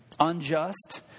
unjust